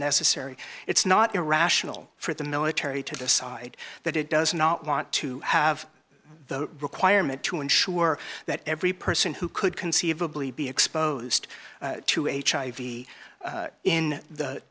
necessary it's not irrational for the military to decide that it does not want to have the requirement to ensure that every person who could conceivably be exposed to hiv in the